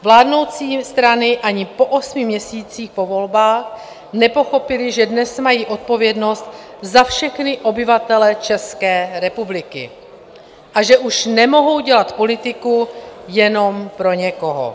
Vládnoucí strany ani po osmi měsících po volbách nepochopily, že dnes mají odpovědnost za všechny obyvatele České republiky a že už nemohou dělat politiku jenom pro někoho.